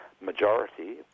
majority